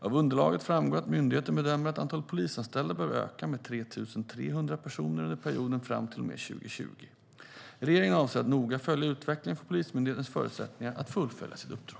Av underlaget framgår att myndigheten bedömer att antalet polisanställda behöver öka med 3 300 personer under perioden fram till och med 2020. Regeringen avser att noga följa utvecklingen för Polismyndighetens förutsättningar att fullfölja sitt uppdrag.